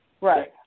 Right